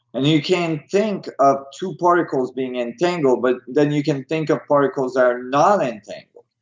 and you can think of two particles being entangled but then you can think of particles are not entangled.